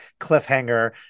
cliffhanger